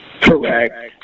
Correct